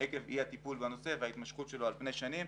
עקב אי הטיפול בנושא, וההתמשכות שלו על פני שנים.